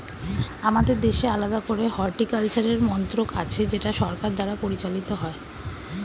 আমাদের দেশে আলাদা করে হর্টিকালচারের মন্ত্রক আছে যেটা সরকার দ্বারা পরিচালিত হয়